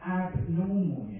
abnormal